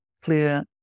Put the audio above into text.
clear